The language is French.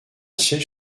siège